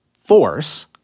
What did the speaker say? force